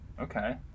Okay